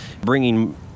Bringing